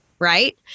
Right